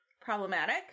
Problematic